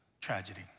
tragedy